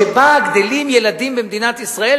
שבה גדלים ילדים במדינת ישראל,